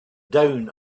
down